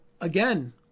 again